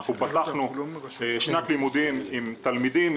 אנחנו פתחנו שנת לימודים עם תלמידים,